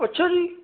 ਅੱਛਾ ਜੀ